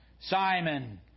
Simon